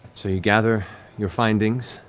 so you gather your findings,